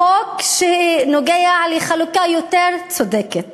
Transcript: חוק שנוגע לחלוקה יותר צודקת